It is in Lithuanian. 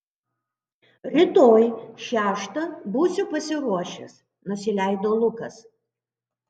rytoj šeštą būsiu pasiruošęs nusileido lukas